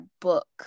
book